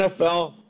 NFL